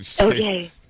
Okay